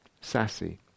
sassy